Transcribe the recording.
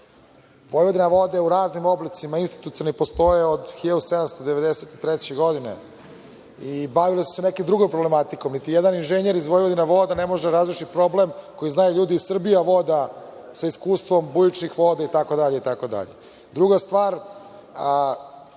Vojvodina vode u raznim oblicima institucionalno postoje od 1793. godine i bavile su se nekom drugom problematikom. Nijedan inženjer iz Vojvodine voda ne može da razreši problem koji znaju ljudi iz Srbija voda sa iskustvom bujičnih voda, itd. Druga stvar,